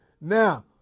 Now